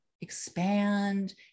expand